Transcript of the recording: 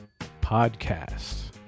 podcast